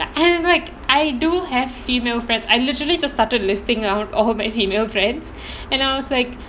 and like I do have female friends I literally just started listing out all my female friends and I was like